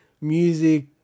music